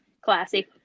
Classy